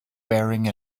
wearing